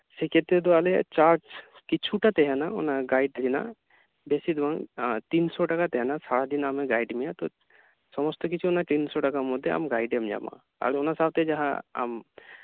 ᱥᱮᱠᱷᱮᱛᱨᱮ ᱫᱚ ᱟᱞᱮᱭᱟᱜ ᱪᱟᱨᱡ ᱠᱤᱪᱷᱩᱴᱟ ᱛᱟᱸᱦᱮᱱᱟ ᱚᱱᱟ ᱜᱟᱭᱤᱰ ᱨᱮᱱᱟᱜ ᱵᱮᱥᱤ ᱫᱚ ᱵᱟᱝ ᱯᱮᱥᱟᱭ ᱴᱟᱠᱟ ᱛᱟᱸᱦᱮᱱᱟ ᱥᱟᱨᱟᱫᱤᱱ ᱟᱢᱮ ᱜᱟᱭᱤᱰ ᱢᱮᱭᱟ ᱛᱳ ᱥᱚᱢᱚᱥᱛᱚ ᱠᱤᱪᱷᱩ ᱚᱱᱟ ᱯᱮ ᱥᱟᱭ ᱴᱟᱠᱟ ᱢᱳᱫᱽᱫᱷᱮ ᱟᱢ ᱜᱟᱭᱤᱰ ᱮᱢ ᱧᱟᱢᱟ ᱟᱫᱚ ᱚᱱᱟ ᱥᱟᱶᱛᱮ ᱡᱟᱸᱦᱟ ᱟᱢ